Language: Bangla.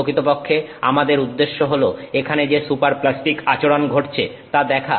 প্রকৃতপক্ষে আমাদের উদ্দেশ্য হল এখানে যে সুপারপ্লাস্টিক আচরণ ঘটছে তা দেখা